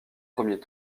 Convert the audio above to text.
premier